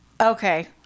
Okay